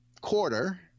quarter